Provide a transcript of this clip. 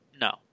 No